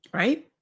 right